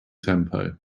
tempo